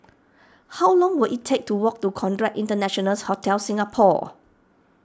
how long will it take to walk to Conrad International Hotel Singapore